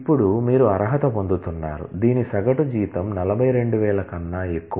ఇప్పుడు మీరు అర్హత పొందుతున్నారు దీని సగటు జీతం 42000 కన్నా ఎక్కువ